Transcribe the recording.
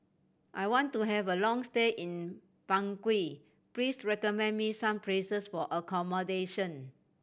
I want to have a long stay in Bangui Please recommend me some places for accommodation